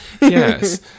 Yes